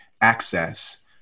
access